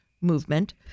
movement